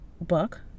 book